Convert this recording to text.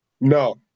No